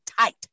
tight